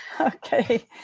Okay